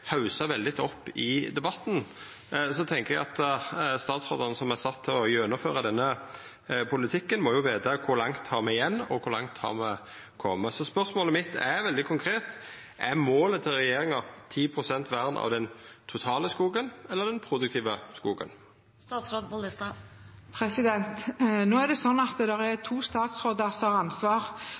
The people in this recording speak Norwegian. veldig opp i debatten. Så tenkjer eg at statsråden som er sett til å gjennomføra denne politikken, må veta kor langt me har igjen, og kor langt me har kome. Så spørsmålet mitt er veldig konkret: Er målet til regjeringa 10 pst. vern av den totale skogen eller den produktive skogen? Nå er det sånn at det er to statsråder som har